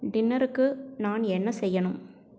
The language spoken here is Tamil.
டின்னருக்கு நான் என்ன செய்யணும்